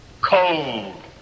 cold